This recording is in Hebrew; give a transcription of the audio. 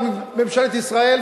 אבל ממשלת ישראל,